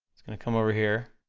gonna come over here.